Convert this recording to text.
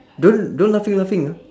don't don't laughing laughing ah